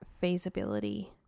feasibility